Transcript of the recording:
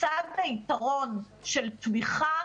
לצד היתרון של תמיכה,